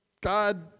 god